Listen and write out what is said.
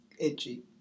itchy